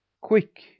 Quick